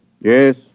Yes